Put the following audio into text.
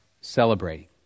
celebrating